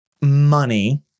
money